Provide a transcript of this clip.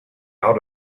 out